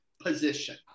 position